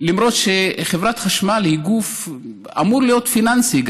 למרות שחברת החשמל היא גוף שאמור להיות גם פיננסי,